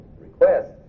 request